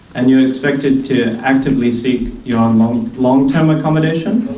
and you're expected to actively seek your um um long-term accommodation.